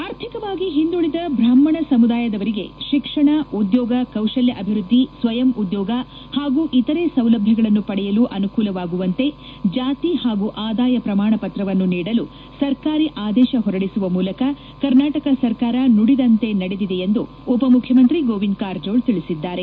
ಆರ್ಥಿಕವಾಗಿ ಹಿಂದುಳಿದ ಬ್ರಾಹ್ಮಣ ಸಮುದಾಯದವರಿಗೆ ಶಿಕ್ಷಣ ಉದ್ಯೋಗ ಕೌಶಲ್ಯ ಅಭಿವೃದ್ದಿ ಸ್ವಯಂ ಉದ್ಯೋಗ ಹಾಗೂ ಇತರೇ ಸೌಲಭ್ಯಗಳನ್ನು ಪಡೆಯಲು ಅನುಕೂಲವಾಗುವಂತೆ ಜಾತಿ ಹಾಗೂ ಆದಾಯ ಪ್ರಮಾಣ ಪತ್ರವನ್ನು ನೀಡಲು ಸರ್ಕಾರಿ ಆದೇಶ ಹೊರಡಿಸುವ ಮೂಲಕ ಕರ್ನಾಟಕ ಸರ್ಕಾರ ನುಡಿದಂತೆ ನಡೆದಿದೆ ಎಂದು ಉಪಮುಖ್ಯಮಂತ್ರಿ ಗೋವಿಂದ ಕಾರಜೋಳ ತಿಳಿಸಿದ್ದಾರೆ